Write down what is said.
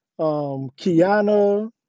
Kiana